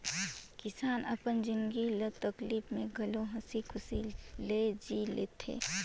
किसान अपन जिनगी ल तकलीप में घलो हंसी खुशी ले जि ले थें